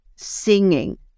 singing